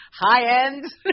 high-end